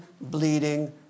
bleeding